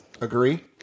Agree